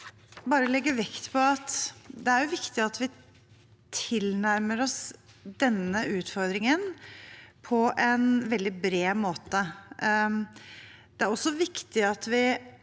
Jeg vil også bare legge vekt på at det er viktig at vi tilnærmer oss denne utfordringen på en veldig bred måte.